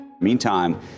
Meantime